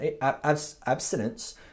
abstinence